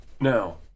Now